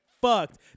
fucked